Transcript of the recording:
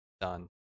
Done